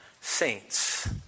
saints